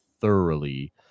thoroughly